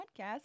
podcast